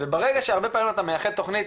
וברגע שהרבה פעמים אתה מייחד תוכנית,